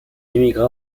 émigra